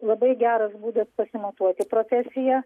labai geras būdas pasimatuoti profesiją